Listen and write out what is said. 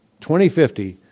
2050